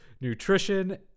nutrition